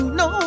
no